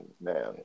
man